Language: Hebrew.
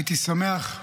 הייתי שמח,